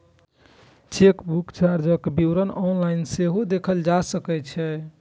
chequebook चार्जक विवरण online सेहो देखल जा सकै छै